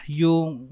yung